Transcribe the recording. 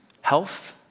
health